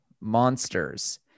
monsters